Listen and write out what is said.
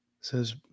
says